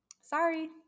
sorry